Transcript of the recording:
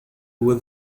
would